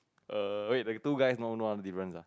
err wait the two guys no no other difference ah